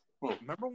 remember